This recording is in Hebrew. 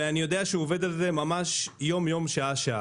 אני יודע שהוא עובד על זה ממש יום-יום, שעה-שעה.